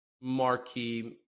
marquee